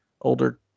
older